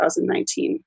2019